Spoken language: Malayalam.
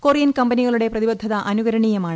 കൊറിയൻ കമ്പനികളുടെ പ്രതിബദ്ധത അനുകരണിയമാണ്